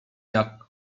jak